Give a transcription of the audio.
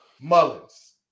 Mullins